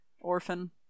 orphan